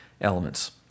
elements